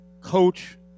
coach